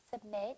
Submit